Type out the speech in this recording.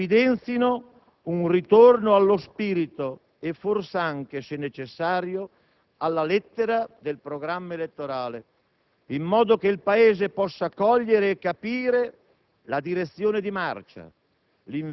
e l'unica strada possibile è aggiustare questa finanziaria nelle prossime settimane e nei prossimi mesi. È possibile farlo attraverso leggi, decreti e circolari attuative,